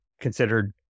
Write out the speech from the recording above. considered